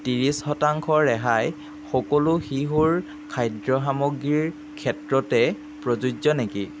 ত্ৰিছ শতাংশ ৰেহাই সকলো শিশুৰ খাদ্য সামগ্ৰীৰ ক্ষেত্ৰতে প্ৰযোজ্য নেকি